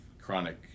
chronic